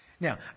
Now